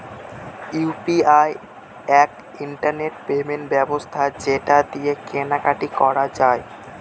UPI এক internet payment ব্যবস্থা যেটা দিয়ে কেনা কাটি করা যায়